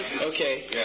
Okay